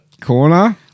Corner